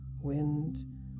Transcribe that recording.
wind